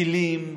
טילים,